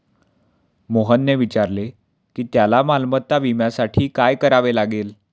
मोहनने विचारले की त्याला मालमत्ता विम्यासाठी काय करावे लागेल?